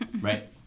Right